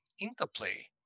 interplay